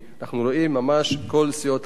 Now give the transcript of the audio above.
אנחנו רואים, ממש כל סיעות הבית.